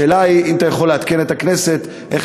השאלה היא אם אתה יכול לעדכן את הכנסת איך